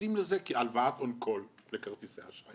מתייחסים לזה כהלוואת "און-קול" בכרטיסי האשראי,